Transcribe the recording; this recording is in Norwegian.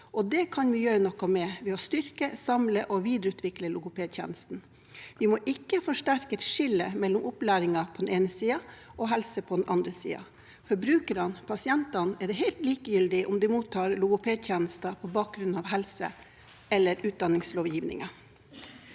Det kan vi gjøre noe med ved å styrke, samle og videreutvikle logopedtjenesten. Vi må ikke forsterke et skille mellom opplæringen på den ene siden og helse på den andre siden. For brukerne, pasientene, er det helt likegyldig om de mottar logopedtjenester på bakgrunn av helseeller utdanningslovgivningen.